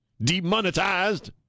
demonetized